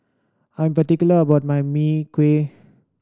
I'm particular about my Mee Kuah